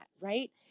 right